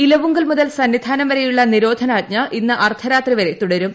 ഇലവുങ്കൽ മുതൽ സന്നിധാനം വരെയുള്ള നിരോധനാജ്ഞ ഇന്ന് അർദ്ധരാത്രി വരെ തുടരും